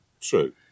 True